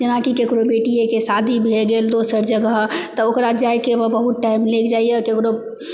जेनाकि की केकरो बेटियेके शादी भए गेल दोसर जगह तऽ ओकरा जाइके बहुत टाइम लागि जइये केकरो